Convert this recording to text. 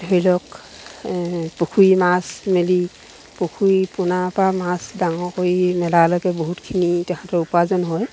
ধৰি লওক পুখুৰী মাছ মেলি পুখুৰী পোনাৰপৰা মাছ ডাঙৰ কৰি মেলালৈকে বহুতখিনি তহাঁতৰ উপাৰ্জন হয়